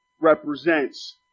represents